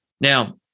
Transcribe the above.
Now